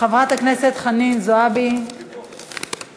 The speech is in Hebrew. חברת הכנסת חנין זועבי, אני פה.